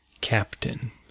Captain